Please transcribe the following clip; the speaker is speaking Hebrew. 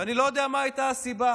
ואני לא יודע מה הייתה הסיבה,